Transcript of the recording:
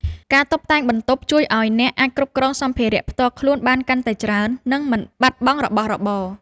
ការតុបតែងបន្ទប់ជួយឱ្យអ្នកអាចគ្រប់គ្រងសម្ភារៈផ្ទាល់ខ្លួនបានកាន់តែច្បាស់ និងមិនបាត់បង់របស់របរ។